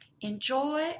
Enjoy